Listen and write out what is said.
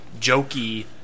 jokey